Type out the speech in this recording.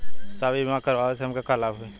साहब इ बीमा करावे से हमके का लाभ होई?